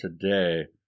today